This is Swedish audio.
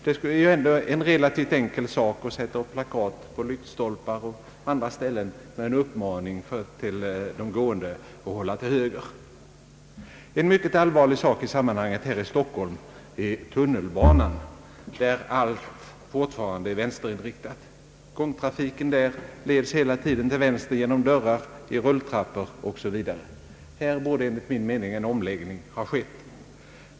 Det är ju ändå em relativt enkel sak att sätta upp plakat på lyktstolpar och på andra ställen med uppmaning till de gående att hålla till höger. En mycket allvarlig sak i sammanhanget här i Stockholm är tunnelbanan — där allt fortfarande är vänsterinriktat. Gångtrafiken där går hela tiden till vänster genom dörrar, i rulltrappor m.m. Här borde enligt min mening en omläggning ha skett.